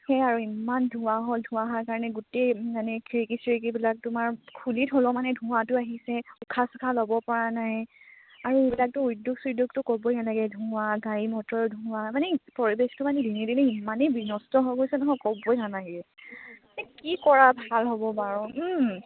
সেই আৰু ইমান ধোঁৱা হ'ল ধোঁৱা হোৱাৰ কাৰণে গোটেই মানে খিৰিকী চিৰিকীবিলাক তোমাৰ খুলি থলেও মানে ধোঁৱাটো আহিছে উশাহ চুহাহ ল'ব পৰা নাই আৰু এইবিলাকতো উদ্যোগ সুদ্যোগটো ক'বই নালাগে ধোঁৱা গাড়ী মটৰ ধোঁৱা মানে পৰিৱেশটো মানে দিনেদিনে ইমানেই বিনষ্ট হৈ গৈছে নহয় ক'বই নালাগে কি কৰা ভাল হ'ব বাৰু